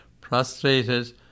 prostrated